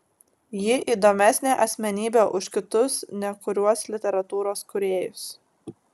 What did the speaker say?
ji įdomesnė asmenybė už kitus nekuriuos literatūros kūrėjus